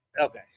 Okay